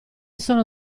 sono